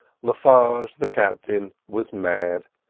le farge, the captain, was mad,